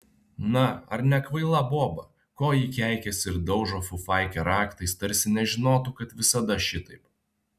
na ar nekvaila boba ko ji keikiasi ir daužo fufaikę raktais tarsi nežinotų kad visada šitaip